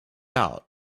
out